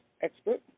expert